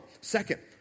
Second